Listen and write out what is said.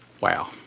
Wow